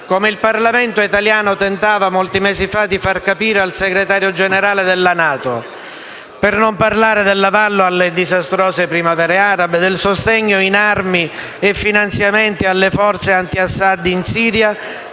come il Parlamento italiano tentava molti mesi fa di far capire al Segretario generale della NATO. Per non parlare dell'avallo alle disastrose primavere arabe, del sostegno in armi e finanziamenti alle forze anti-Assad in Siria,